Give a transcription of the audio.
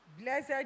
Blessed